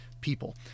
people